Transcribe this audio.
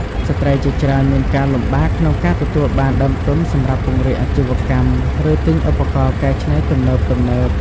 ស្ត្រីជាច្រើនមានការលំបាកក្នុងការទទួលបានដើមទុនសម្រាប់ពង្រីកអាជីវកម្ម ឬទិញឧបករណ៍កែច្នៃទំនើបៗ។